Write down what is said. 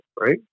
right